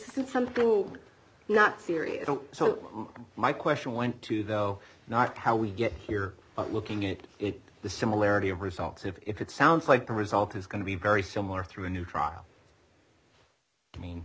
is something not serious so my question went to though not how we get here but looking at the similarity of results if it sounds like the result is going to be very similar through a new trial i mean